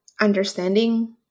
understanding